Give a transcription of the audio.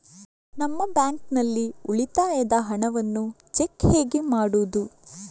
ನಮ್ಮ ಬ್ಯಾಂಕ್ ನಲ್ಲಿ ಉಳಿತಾಯದ ಹಣವನ್ನು ಚೆಕ್ ಹೇಗೆ ಮಾಡುವುದು?